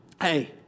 hey